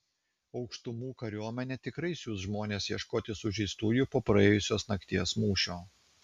aukštumų kariuomenė tikrai siųs žmones ieškoti sužeistųjų po praėjusios nakties mūšio